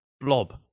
blob